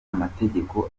amategeko